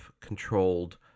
controlled